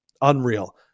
unreal